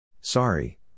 Sorry